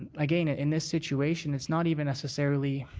again, in this situation, it's not even necessarily